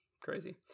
Crazy